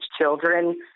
children